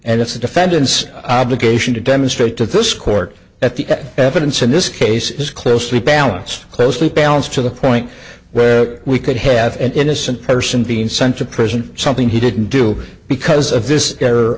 and it's the defendant's obligation to demonstrate to this court at the evidence in this case is closely balance closely balanced to the point where we could have an innocent person being sent to prison something he didn't do because of this